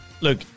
look